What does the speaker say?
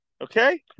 Okay